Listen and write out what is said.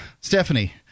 stephanie